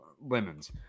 Lemons